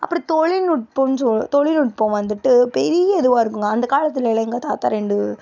அப்புறம் தொழில்நுட்பம் தொழில்நுட்பம் வந்துட்டு பெரிய இதுவாக இருக்குதுங்க அந்த காலத்திலலாம் எங்கள் தாத்தா ரெண்டு